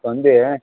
வந்து